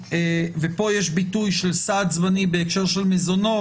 ופה יש ביטוי של סעד זמני בהקשר של מזונות,